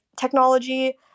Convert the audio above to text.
technology